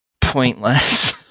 pointless